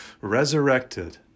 resurrected